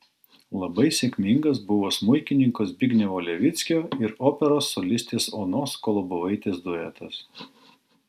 labai sėkmingas buvo smuikininko zbignevo levickio ir operos solistės onos kolobovaitės duetas